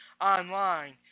online